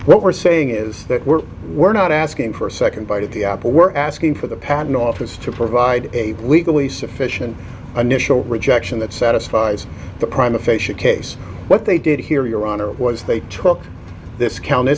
what we're saying is that we're we're not asking for a second bite of the apple we're asking for the patent office to provide a legally sufficient initial rejection that satisfies the prime aphasia case what they did here your honor was they took this counted